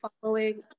following